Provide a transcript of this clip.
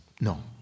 No